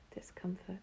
discomfort